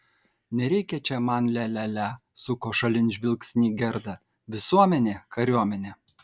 nereikia čia man lia lia lia suko šalin žvilgsnį gerda visuomenė kariuomenė